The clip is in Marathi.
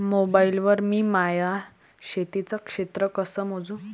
मोबाईल वर मी माया शेतीचं क्षेत्र कस मोजू?